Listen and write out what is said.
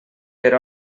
per